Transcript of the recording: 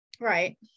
right